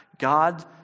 God